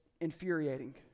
infuriating